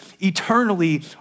eternally